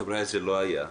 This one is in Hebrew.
חבריה, זה לא היה.